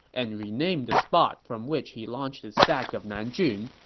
and renamed the spot from which he launched his sack of nanjun,